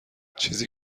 چیزی